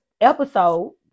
episode